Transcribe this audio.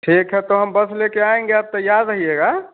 ठीक है तो हम बस लेकर आएँगे आप तैयार रहिएगा